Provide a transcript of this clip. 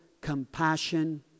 compassion